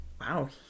wow